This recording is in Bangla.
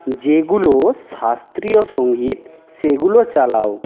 যেগুলো শাস্ত্রীয় সঙ্গীত সেগুলো চালাও